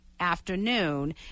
afternoon